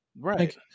Right